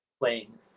playing